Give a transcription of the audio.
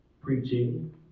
preaching